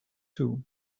too